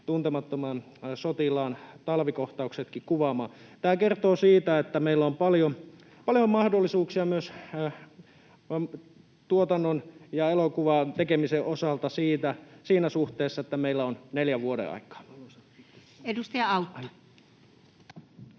Tuntemattoman sotilaan talvikohtauksetkin kuvaamaan. Tämä kertoo siitä, että meillä on paljon mahdollisuuksia myös tuotannon ja elokuvan tekemisen osalta siinä suhteessa, että meillä on neljä vuodenaikaa. [Speech 168]